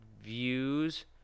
views